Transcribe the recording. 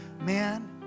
Man